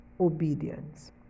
obedience